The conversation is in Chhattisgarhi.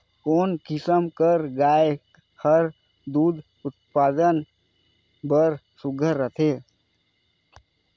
कोन किसम कर गाय हर दूध उत्पादन बर सुघ्घर रथे?